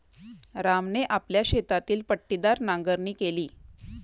रामने आपल्या शेतातील पट्टीदार नांगरणी केली